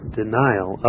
denial